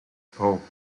pope